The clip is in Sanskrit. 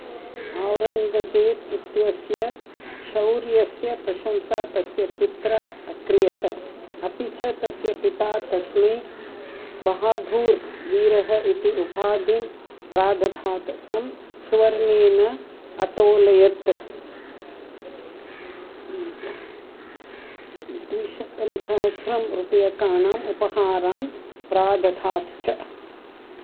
औरङ्गज़ेब् इत्यस्य शौर्यस्य प्रशंसा तस्य पुत्रः अक्रियत अपि च तस्य पिता तस्मै बहद्दूर् वीरः इति उपाधिं प्राधात् तं सुवर्णेन अतोलयत् द्विशतं सहस्रं रूप्यकाणाम् उपहारान् प्राधात् च